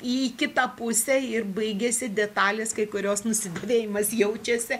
į kitą pusę ir baigėsi detalės kai kurios nusidėvėjimas jaučiasi